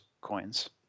coins